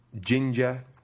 ginger